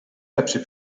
lepszy